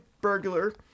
burglar